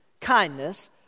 kindness